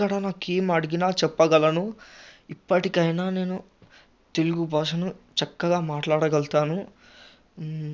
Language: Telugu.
ఎక్కడ నాకు ఏమి అడిగిన చెప్పగలను ఇప్పటికి అయినా నేను తెలుగుభాషను చక్కగా మాట్లాడగలుగుతాను